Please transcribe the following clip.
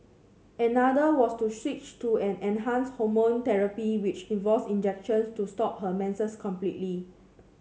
another was to switch to an enhanced hormone therapy which involved injections to stop her menses completely